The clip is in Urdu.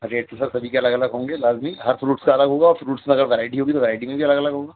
ریٹ تو سر سبھی کے الگ الگ ہوں گے لازمی ہر فروٹس کا الگ ہوگا اور فروٹس میں اگر ورائٹی ہوگی تو ورائٹی میں بھی الگ الگ ہوگا